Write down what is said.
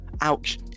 ouch